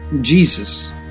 Jesus